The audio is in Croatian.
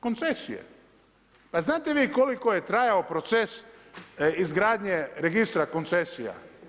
Koncesije, pa znate vi koliko je trajao proces izgradnje registra koncesija?